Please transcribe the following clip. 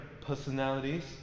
personalities